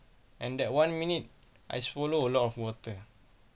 and that one minute I swallow a lot of water